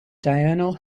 diurnal